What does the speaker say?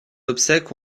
obsèques